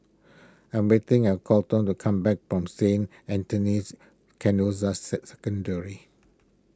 I'm waiting at Coleton to come back from Saint Anthony's Canossian